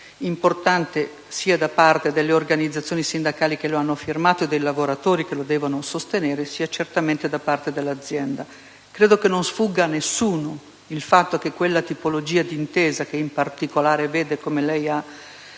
importante, sia da parte delle organizzazioni sindacali che lo hanno firmato e dei lavoratori che lo devono sostenere, sia, certamente, da parte dell'azienda. Credo che non sfugga a nessuno il fatto che quella tipologia di intesa contiene una scelta